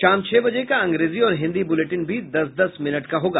शाम छह बजे का अंग्रेजी और हिन्दी बुलेटिन भी दस दस मिनट का होगा